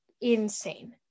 insane